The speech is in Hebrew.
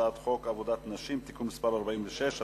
הצעת חוק עבודת נשים (תיקון מס' 46),